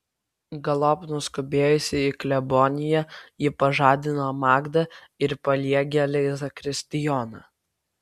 galop nuskubėjusi į kleboniją ji pažadino magdą ir paliegėlį zakristijoną